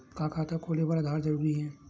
का खाता खोले बर आधार जरूरी हे?